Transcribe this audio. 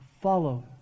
follow